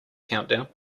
countdown